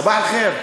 סבאח אל-ח'יר.